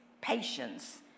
patience